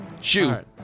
shoot